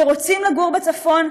שרוצים לגור בצפון,